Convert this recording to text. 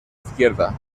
izquierda